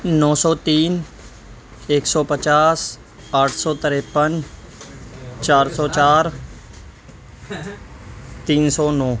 نو سو تین ایک سو پچاس آٹھ سو تریپن چار سو چار تین سو نو